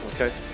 okay